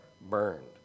burned